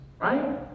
right